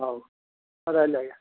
ହଉ ରହିଲି ଆଜ୍ଞା